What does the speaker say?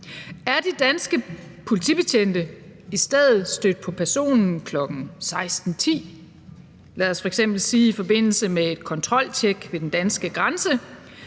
Er de danske politibetjente i stedet stødt på personen kl. 16.10, lad os f.eks. sige i forbindelse med et kontroltjek ved den danske grænse,